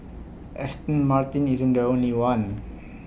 Aston Martin isn't the only one